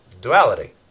duality